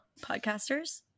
podcasters